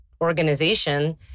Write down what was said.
organization